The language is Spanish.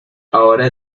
ahora